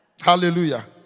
Hallelujah